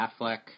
Affleck